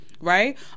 right